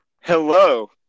hello